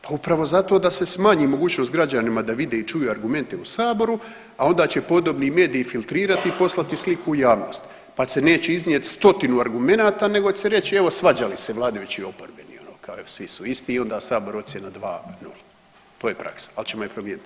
Pa upravo zato da se smanji mogućnost građanima da vide i čuju argumente u saboru, a onda će podobni mediji filtrirati i poslati sliku u javnost, pa se neće iznijeti stotinu argumenata nego će se reći evo svađali se vladajući i oporbeni, evo kao svi su isti i onda sabor ocjena 2.0, to je praksa, ali ćemo je promijeniti.